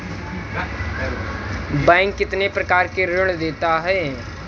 Bank कितने प्रकार के ऋण देता है?